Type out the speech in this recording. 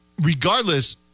regardless